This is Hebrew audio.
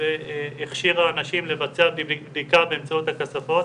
והכשירה אנשים לבצע בדיקה באמצעות הכספות,